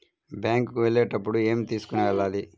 Bank కు వెళ్ళేటప్పుడు ఏమి తీసుకొని వెళ్ళాలి?